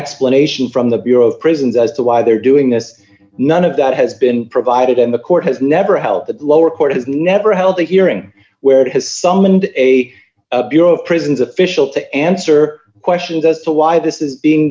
explanation from the bureau of prisons as to why they're doing this none of that has been provided and the court has never held that lower court has never held a hearing where it has summoned a bureau of prisons official to answer questions as to why this is being